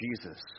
Jesus